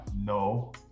no